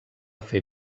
fer